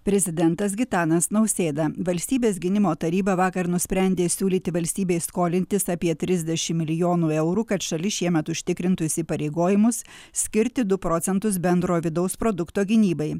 prezidentas gitanas nausėda valstybės gynimo taryba vakar nusprendė siūlyti valstybei skolintis apie trisdešimt milijonų eurų kad šalis šiemet užtikrintų įsipareigojimus skirti du procentus bendrojo vidaus produkto gynybai